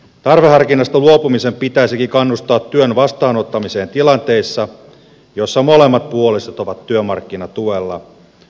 tarveharkinnasta luopumisen pitäisikin kannustaa työn vastaanottamiseen tilanteissa joissa molemmat puolisot ovat työmarkkinatuella